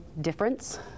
difference